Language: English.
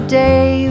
day